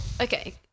okay